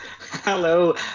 hello